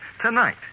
tonight